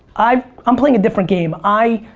i've, i'm playing a different game. i,